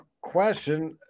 question –